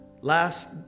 Last